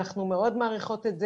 אנחנו מאוד מעריכות את זה.